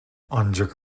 ancak